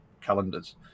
calendars